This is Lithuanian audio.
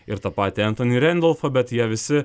ir tą patį entonį rendelfą bet jie visi